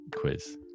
quiz